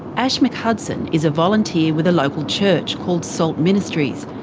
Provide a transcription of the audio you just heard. ash mchudson is a volunteer with a local church called salt ministries.